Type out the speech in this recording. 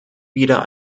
wieder